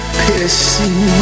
pissing